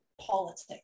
politics